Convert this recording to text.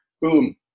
boom